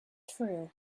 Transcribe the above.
true